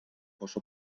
posó